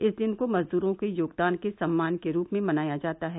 इस दिन को मजदूरों के योगदान के सम्मान के रूप में मनाया जाता है